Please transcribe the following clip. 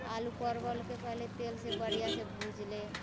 आलू परवलके पहिले तेलसँ बढ़िआँसँ भूजले